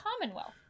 commonwealth